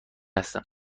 هستم